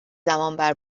زمانبر